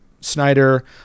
Snyder